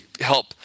help